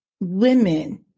women